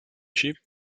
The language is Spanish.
chip